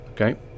Okay